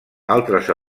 altres